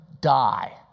die